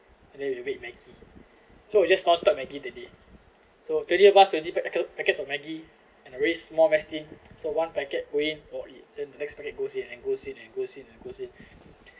and then you made maggie so we just non-stop maggie the day so twenty of us twenty pa~ packets of maggie and a very small mess tin so one packet going or it then the next packet goes in and goes in and goes in and goes in